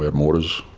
ah mortars.